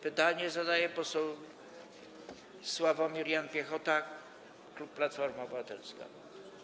Pytanie zadaje poseł Sławomir Jan Piechota, klub Platforma Obywatelska.